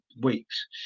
weeks